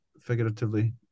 figuratively